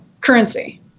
currency